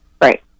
Right